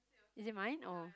is it mine or